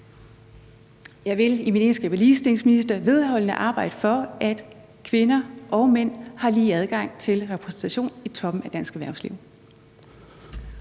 Jeg vil i min egenskab af ligestillingsminister vedholdende arbejde for, at kvinder og mænd har lige adgang til repræsentation i toppen af dansk erhvervsliv.